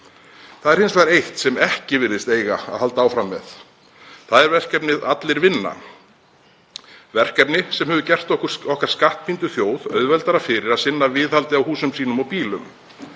Það er hins vegar eitt sem ekki virðist eiga að halda áfram með, það er verkefnið Allir vinna, verkefni sem hefur gert okkar skattpíndu þjóð auðveldara að sinna viðhaldi á húsum sínum og bílum.